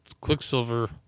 Quicksilver